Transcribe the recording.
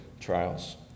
trials